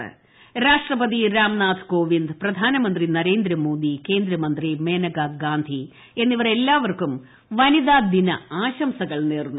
ക്രാഷ്ട്രപതി രാംനാഥ് കോവിന്ദ് പ്രധാനമന്ത്രി നരേന്ദ്രമോദ്ദി കേന്ദ്രമന്ത്രി മേനകാ ഗാന്ധി എന്നിവർ എല്ലാവർക്കും വനിതാ ദിന ആശംസകൾ നേർന്നു